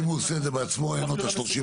אם הוא עושה את זה בעצמו אין לו את ה-30%?